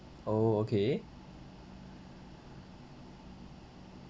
oh okay